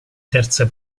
terza